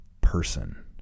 person